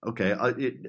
okay